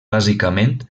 bàsicament